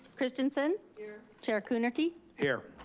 christenson? here. chair coonerty? here.